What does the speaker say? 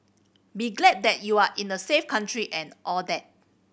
be glad that you are in a safe country and all that